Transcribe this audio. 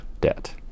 debt